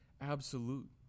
absolute